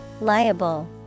Liable